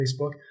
Facebook